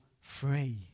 free